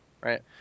Right